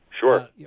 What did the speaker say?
Sure